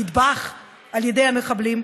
נטבח על ידי המחבלים,